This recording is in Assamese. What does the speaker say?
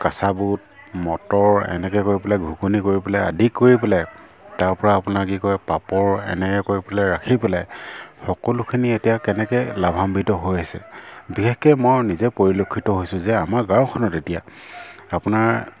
কেংঁচা বুট মটৰ এনেকৈ কৰি পেলাই ঘুগুনি কৰি পেলাই আদি কৰি পেলাই তাৰ পৰা আপোনাৰ কি কয় পাপৰ এনেকৈ কৰি পেলাই ৰাখি পেলাই সকলোখিনি এতিয়া কেনেকৈ লাভান্বিত হৈ আছে বিশেষকৈ মই নিজে পৰিলক্ষিত হৈছোঁ যে আমাৰ গাঁওখনত এতিয়া আপোনাৰ